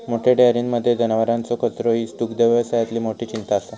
मोठ्या डेयरींमध्ये जनावरांचो कचरो ही दुग्धव्यवसायातली मोठी चिंता असा